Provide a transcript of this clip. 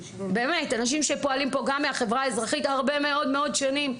באמת אנשים שפועלים פה גם מהחברה האזרחית הרבה מאוד שנים.